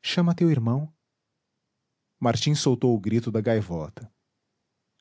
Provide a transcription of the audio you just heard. chama teu irmão martim soltou o grito da gaivota